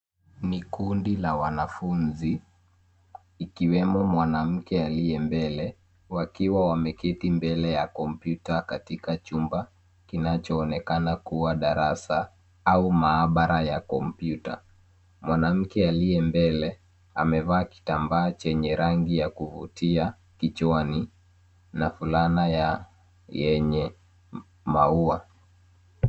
Ni kundi la wanafunzi ikiwemo mwanamke aliye mbele wakiwa wameketi mbele ya kompyuta katika chumba kinachoonekana kuwa darasa au maabara ya kompyuta. Mwanamke aliye mbele amevaa kitambaa chenye rangi ya kuvutia kichwani na fulana yenye maua.